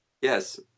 Yes